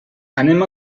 anem